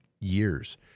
years